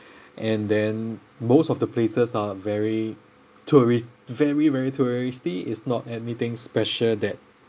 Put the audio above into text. and then most of the places are very tourist very very touristy it's not anything special that